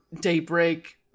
daybreak